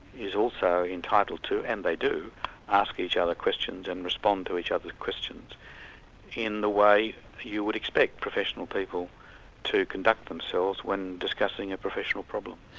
he's also entitled to and they do ask each other questions and respond to each other's questions in the way you would expect professional people to conduct themselves when discussing a professional problem.